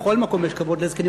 בכל מקום יש כבוד לזקנים,